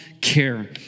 care